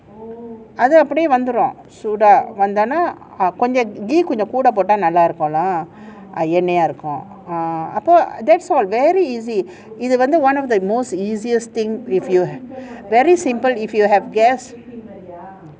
அது அப்டியே வந்துரும் சூடா வந்துதுனா:athu apdiye vanthurum sooda vanthuthunaa ghee கொஞ்சம் கூட போஆட்ட நல்லா இருக்கும்:konjam kooda poatta nalla irukkumm that's all very easy இது வந்து:ithu vanthu one of the most easiest thing if you very simple if you have guest